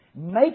make